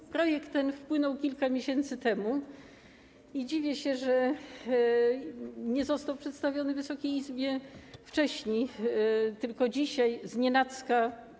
Ten projekt wpłynął kilka miesięcy temu i dziwię się, że nie został przedstawiony Wysokiej Izbie wcześniej, tylko dzisiaj, znienacka.